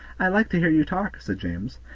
i like to hear you talk, said james,